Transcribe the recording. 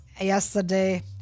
yesterday